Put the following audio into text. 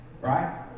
right